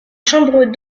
chambres